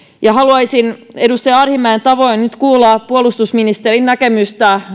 haluaisin edustaja arhinmäen tavoin nyt kuulla puolustusministerin näkemyksen